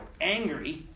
angry